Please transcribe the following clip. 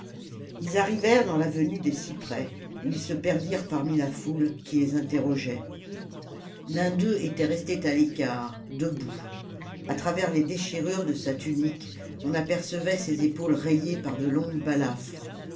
ils arrivèrent dans l'avenue des cyprès où ils se perdirent parmi la foule qui les interrogeait l'un d'eux était resté à l'écart debout a travers les déchirures de sa tunique on apercevait ses épaules rayées par de longues balafres